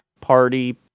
party